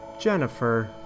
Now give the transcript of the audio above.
Jennifer